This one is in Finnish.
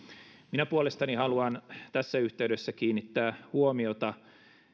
minä puolestani haluan tässä yhteydessä kiinnittää huomiota